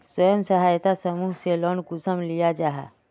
स्वयं सहायता समूह से लोन कुंसम लिया जाहा?